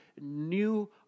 new